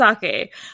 sake